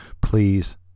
please